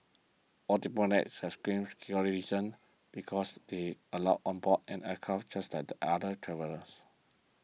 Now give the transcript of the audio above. all diplomats has screened security reasons because they allowed on board an aircraft just like the other travellers